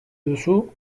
duzu